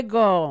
go